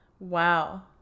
Wow